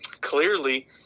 clearly